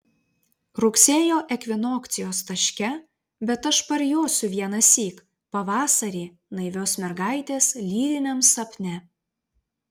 rugsėjo ekvinokcijos taške bet aš parjosiu vienąsyk pavasarį naivios mergaitės lyriniam sapne